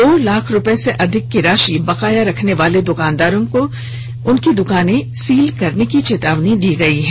दो लाख रूपये से अधिक की राशि बकाया रखने वाले दकानों को सील करने की चेतावनी दी गई है